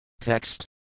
Text